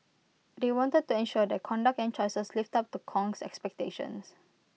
they wanted to ensure their conduct and choices lived up to Kong's expectations